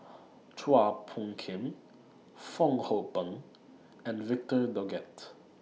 Chua Phung Kim Fong Hoe Beng and Victor Doggett